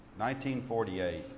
1948